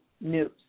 news